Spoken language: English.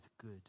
good